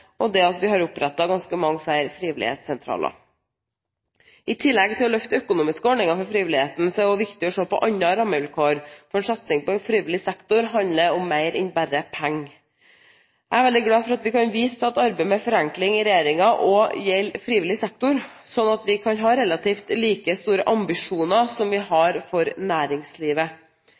og det at vi har opprettet ganske mange flere frivillighetssentraler. I tillegg til å løfte økonomiske ordninger for frivilligheten er det viktig å se på andre rammevilkår, for satsing på frivillig sektor handler om mer enn bare penger. Jeg er veldig glad for at vi kan vise til at arbeidet med forenkling i regjeringen også gjelder frivillig sektor, sånn at vi kan ha relativt like store ambisjoner som vi har for næringslivet.